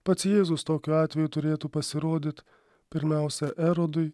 pats jėzus tokiu atveju turėtų pasirodyt pirmiausia erodui